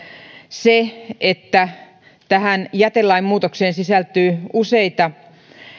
se että tähän jätelain muutokseen sisältyy useita